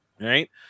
right